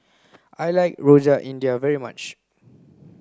I like rojak india very much